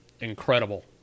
incredible